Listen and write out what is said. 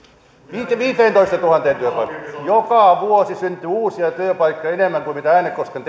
lukien viiteentoistatuhanteen työpaikkaan joka vuosi syntyy uusia työpaikkoja enemmän kuin äänekosken